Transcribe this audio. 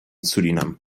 surinam